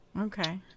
Okay